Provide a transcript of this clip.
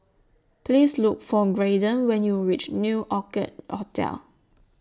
Please Look For Graydon when YOU REACH New Orchid Hotel